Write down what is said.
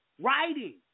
Writing